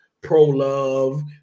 pro-love